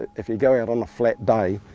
if you go out on a flat day,